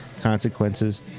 consequences